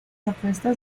apuestas